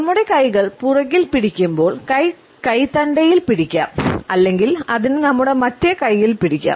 നമ്മുടെ കൈകൾ പുറകിൽ പിടിക്കുമ്പോൾ കൈ കൈത്തണ്ടയിൽ പിടിക്കാം അല്ലെങ്കിൽ അതിന് നമ്മുടെ മറ്റേ കയ്യിൽ പിടിക്കാം